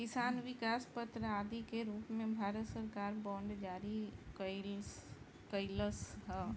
किसान विकास पत्र आदि के रूप में भारत सरकार बांड जारी कईलस ह